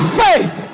faith